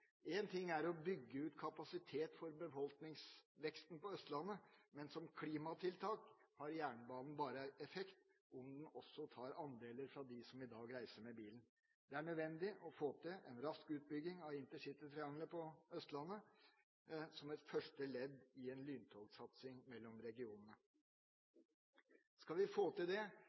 ting er å bygge ut kapasitet for befolkningsveksten på Østlandet, men som klimatiltak har jernbanen bare effekt om den også tar andeler fra dem som i dag reiser med bil. Det er nødvendig å få til en rask utbygging av intercitytriangelet på Østlandet som et første ledd i en satsing på lyntog mellom regionene. Skal vi få til det,